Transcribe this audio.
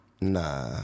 Nah